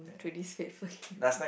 through this fateful game